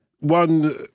one